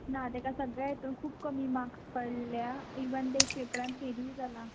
ना तेका सगळ्या हेतून खूब कमी माक्स पडल्या इवन ते एक पेपरान फेलूय जाला